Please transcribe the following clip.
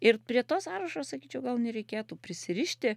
ir prie to sąrašo sakyčiau gal nereikėtų prisirišti